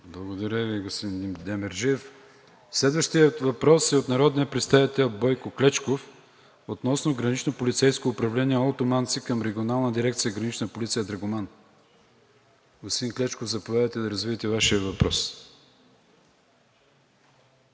Благодаря Ви, господин Демерджиев. Следващият въпрос е от народния представител Бойко Клечков относно Граничен полицейски участък – Олтоманци, към Регионална дирекция „Гранична полиция“ – Драгоман. Господин Клечков, заповядайте да развитие Вашия въпрос.